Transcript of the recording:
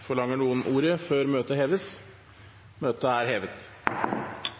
Forlanger noen ordet før møtet heves? – Møtet er hevet.